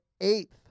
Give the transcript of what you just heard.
eighth